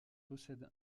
possède